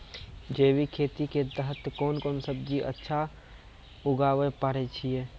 जैविक खेती के तहत कोंन कोंन सब्जी अच्छा उगावय पारे छिय?